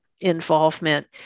involvement